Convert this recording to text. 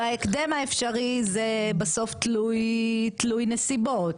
בהקדם האפשרי זה בסוף תלוי נסיבות,